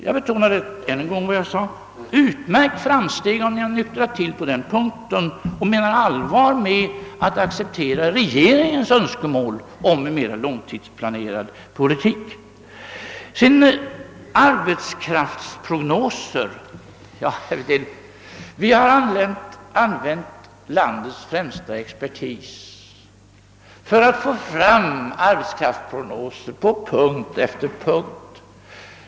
Jag betonar än en gång att det är ett utomordentligt framsteg om ni har nyktrat till på den punkten och menar allvar med att acceptera regeringens önskemål om en mera långtidsplanerad politik. Beträffande arbetskraftsprognoser vill jag säga att vi har engagerat landets främsta expertis för att få fram vederhäftiga arbetskraftsprognoser på punkt efter punkt.